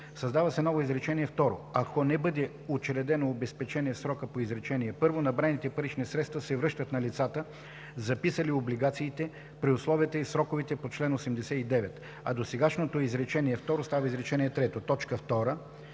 създава се ново изречение второ: „Ако не бъде учредено обезпечение в срока по изречение първо, набраните парични средства се връщат на лицата, записали облигациите, при условията и в сроковете по чл. 89.”, а досегашното изречение второ става изречение трето. 2. В ал.